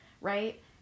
right